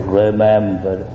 remember